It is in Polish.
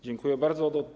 Dziękuję bardzo.